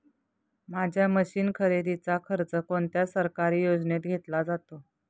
माझ्या मशीन खरेदीचा खर्च कोणत्या सरकारी योजनेत घेतला जातो?